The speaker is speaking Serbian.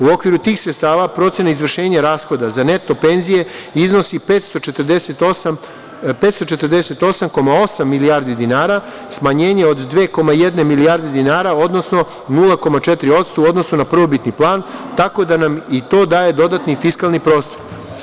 U okviru tih sredstava procena izvršenja rashoda za neto penzije iznosi 548,8 milijardi dinara, smanjenje od 2,1 milijarde dinara, odnosno 0,4% u odnosu na prvobitni plan, tako da nam i to daje dodatni fiskalni prostog.